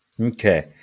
Okay